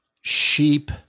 sheep